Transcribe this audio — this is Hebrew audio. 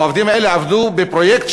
העובדים האלה עבדו בפרויקט,